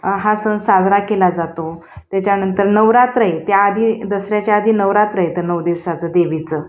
हा सण साजरा केला जातो त्याच्यानंतर नवरात्र त्या आधी दसऱ्याच्या आधी नवरात्र येते नऊ दिवसाचं देवीचं